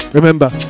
remember